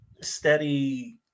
steady